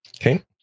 Okay